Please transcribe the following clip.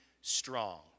strong